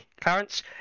Clarence